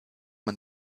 man